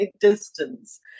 distance